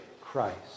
Christ